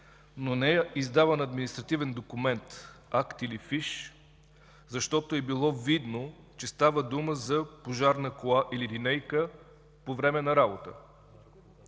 но не е издаван административен документ – акт или фиш, защото е било видно, че става дума за пожарна кола или линейка по време на работа.